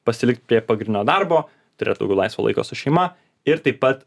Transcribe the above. pasilikt prie pagrindinio darbo turėt daugiau laisvo laiko su šeima ir taip pat